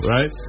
Right